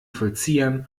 vollziehern